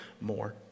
more